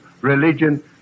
religion